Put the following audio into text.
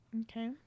okay